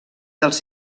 dels